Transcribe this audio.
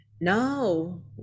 No